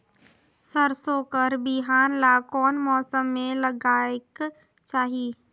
सरसो कर बिहान ला कोन मौसम मे लगायेक चाही?